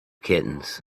kittens